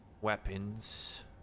Weapons